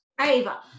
ava